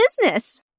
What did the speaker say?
business